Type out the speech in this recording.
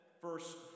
first